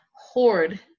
hoard